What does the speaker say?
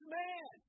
man